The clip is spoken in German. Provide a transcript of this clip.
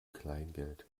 kleingeld